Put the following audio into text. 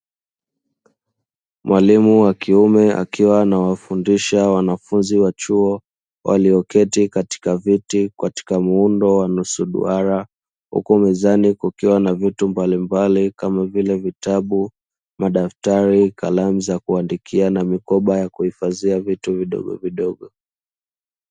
Mwalimu wa kiume akiwa anawafundisha wanafunzi wa chuo, walioketi katika viti katika muundo wa nusu duara, huku mezani kukiwa na vitu mbalimbali kama vile vitabu, madaftari, kalamu za kuandikia na vikoba vya kijifadhi vitu vidogo vidogo.